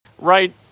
right